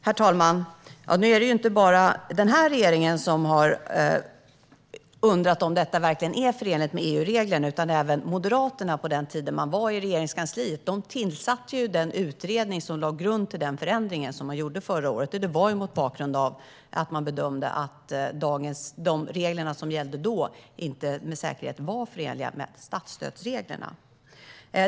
Herr talman! Det är inte bara den här regeringen som har undrat om detta verkligen är förenligt med EU-reglerna. På den tiden när Moderaterna fanns i Regeringskansliet tillsattes den utredning som låg till grund för den förändring som gjordes förra året. Man hade gjort bedömningen att de regler som då gällde inte med säkerhet var förenliga med statsstödsreglerna.